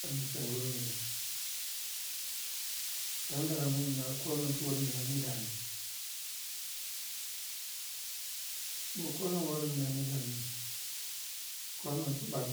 Sai mu persuru minah, pengharamun minah khanun tuwo minani damun ɓo kho ni warari mina dani kwana di ɓak